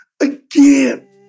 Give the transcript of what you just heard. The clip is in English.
again